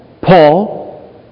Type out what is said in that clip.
Paul